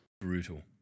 Brutal